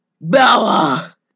Bella